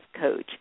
coach